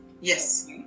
yes